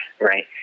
right